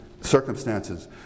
circumstances